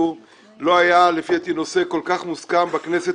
לא היה לפי דעתי נושא כל כך מוסכם בכנסת